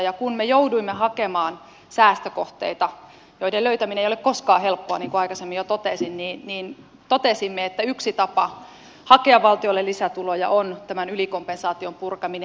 ja kun me jouduimme hakemaan säästökohteita joiden löytäminen ei ole koskaan helppoa niin kuin aikaisemmin jo totesin niin totesimme että yksi tapa hakea valtiolle lisätuloja on tämän ylikompensaation purkaminen